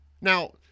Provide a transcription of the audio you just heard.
Now